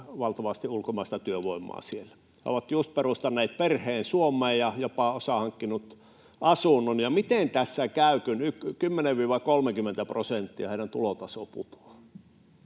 valtavasti ulkomaista työvoimaa. He ovat just perustaneet perheen Suomeen ja osa jopa hankkinut asunnon. Miten tässä käy, kun heidän tulotasonsa putoaa